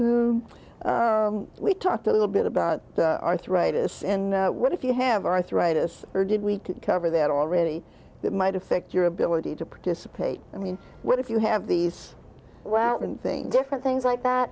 doesn't we talked a little bit about arthritis and what if you have arthritis or did we cover that already that might affect your ability to participate i mean what if you have these well think different things like that